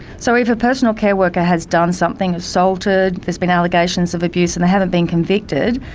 so if a personal care worker has done something, assaulted, there's been allegations of abuse and they haven't been convicted,